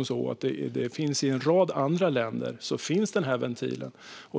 denna ventil i en rad andra länder.